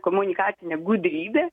komunikacinė gudrybė